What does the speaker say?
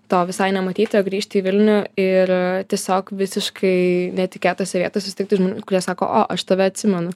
to visai nematyti o grįžti į vilnių ir tiesiog visiškai netikėtose vietose sutikti žmonių kurie sako o aš tave atsimenu